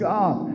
God